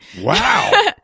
Wow